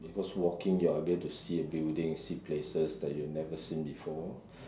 because walking you are able to see the buildings see places that you never seen before